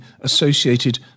associated